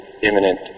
imminent